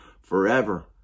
forever